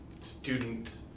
student